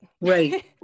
right